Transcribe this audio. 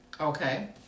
Okay